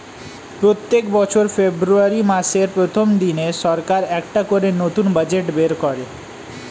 প্রত্যেক বছর ফেব্রুয়ারি মাসের প্রথম দিনে সরকার একটা করে নতুন বাজেট বের করে